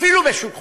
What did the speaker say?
אפילו בשוק חופשי.